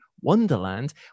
Wonderland